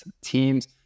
teams